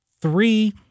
three